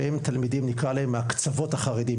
שהם תלמידים מהקצוות החרדיים,